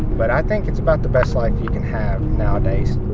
but i think it's about the best life you can have nowadays